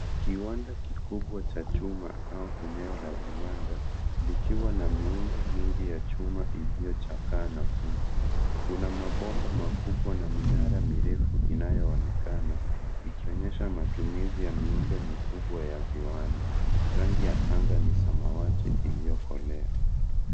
Kiwanda kikubwa cha chuma au eneo la viwanda likiwa na miundo mingi ya chuma iliyochaka na kutu. Kuna mabomba makubwa na minara mirefu inayonekana ikionyesha matumizi ya miundo mikubwa ya viwanda. Rangi ya anga ni samawati iliyokolea.